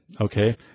okay